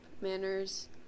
manners